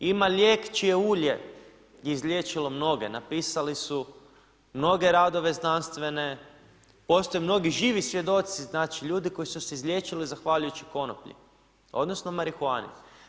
Ima lijek čije ulje je izliječilo mnoge, napisali su mnoge radove znanstvene, postoje mnogi živi svjedoci, znači ljudi koji su se izliječili zahvaljujući konoplji, odnosno marihuani.